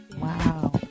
Wow